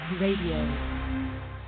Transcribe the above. radio